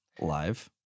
live